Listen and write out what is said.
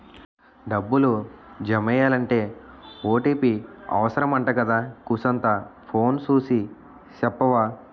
డబ్బులు జమెయ్యాలంటే ఓ.టి.పి అవుసరమంటగదా కూసంతా ఫోను సూసి సెప్పవా